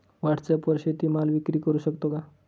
व्हॉटसॲपवर शेती माल विक्री करु शकतो का?